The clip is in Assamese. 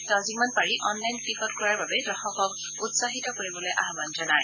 তেওঁ যিমান পাৰি অনলাইন টিকট ক্ৰয়ৰ বাবে দৰ্শকক উৎসাহিত কৰিবলৈ আহ্বান জনায়